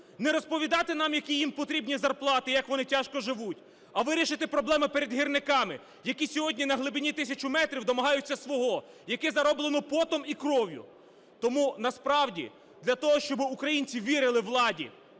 не розповідати нам, які їм потрібні зарплати і як вони тяжко живуть, а вирішити проблеми перед гірниками, які сьогодні на глибині тисячі метрів домагаються свого, яке зароблено потом і кров'ю. Тому, насправді, для того, щоб українці вірили владі